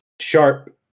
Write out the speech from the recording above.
Sharp